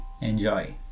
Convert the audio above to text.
enjoy